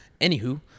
Anywho